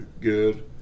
good